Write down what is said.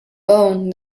bone